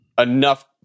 enough